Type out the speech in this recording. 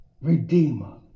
Redeemer